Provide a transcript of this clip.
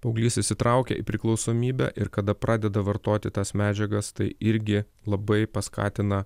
paauglys įsitraukia į priklausomybę ir kada pradeda vartoti tas medžiagas tai irgi labai paskatina